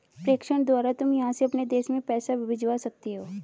प्रेषण द्वारा तुम यहाँ से अपने देश में पैसे भिजवा सकती हो